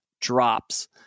drops